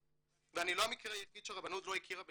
ואני לא המקרה היחיד שהרבנות לא הכירה ביהדותו,